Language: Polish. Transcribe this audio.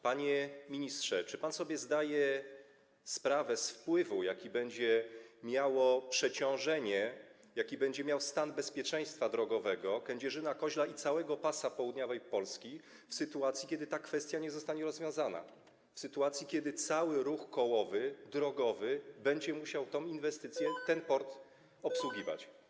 Panie ministrze, czy pan sobie zdaje sprawę z wpływu, jaki będzie miało przeciążenie na stan bezpieczeństwa drogowego Kędzierzyna-Koźla i całego pasa południowej Polski w sytuacji, kiedy ta kwestia nie zostanie rozwiązana, kiedy cały ruch kołowy, drogowy będzie musiał tę inwestycję, ten port obsługiwać?